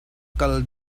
kal